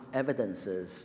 evidences